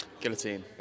Guillotine